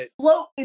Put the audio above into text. float